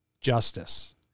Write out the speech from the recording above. justice